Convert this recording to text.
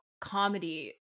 comedy